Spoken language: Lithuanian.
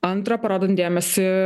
antra parodant dėmesį